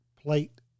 plate